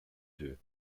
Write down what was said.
deux